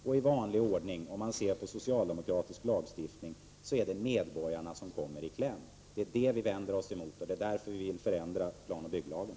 Och i vanlig ordning, om man ser på socialdemokratisk lagstiftning, är det medborgarna som kommer i kläm. Det är detta som vi vänder oss emot, och det är därför som vi vill förändra planoch bygglagen.